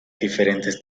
diferentes